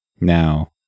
Now